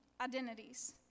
identities